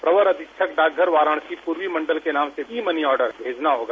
प्रवर अधीक्षक डाकघर वाराणसी प्रवी मंडल के नाम से ई मनी आर्डर भेजना होगा